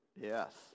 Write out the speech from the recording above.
Yes